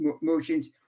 motions